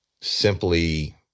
simply